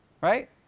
Right